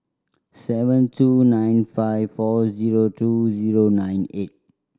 seven two nine five four zero two zero nine eight